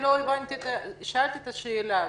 שאלתי את השאלה: